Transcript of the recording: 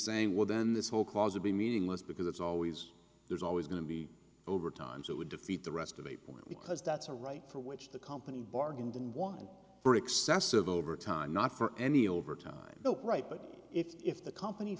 saying well then this whole clause would be meaningless because it's always there's always going to be over time so it would defeat the rest of a point because that's a right for which the company bargained and one for excessive overtime not for any overtime the right but if the company